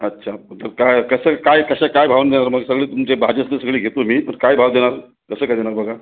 अच्छा तर काय कसं काय कशा काय भावानं देणार मग सगळी तुमची भाजी असेल सगळी घेतो मी पण काय भाव देणार कसं काय देणार बघा